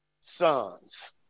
Sons